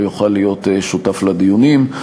לא יוכל להיות שותף לדיונים.